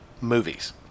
movies